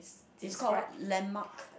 is called what landmark